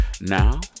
Now